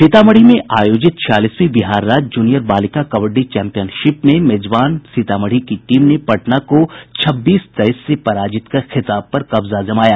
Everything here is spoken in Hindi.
सीतामढ़ी में आयोजित छियालीसवीं बिहार राज्य जूनियर बालिका कबड्डी चैंपियनशिप में मेजबान सीतामढ़ी की टीम ने पटना को छब्बीस तेईस से पराजित कर खिताब पर कब्जा जमाया